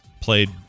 played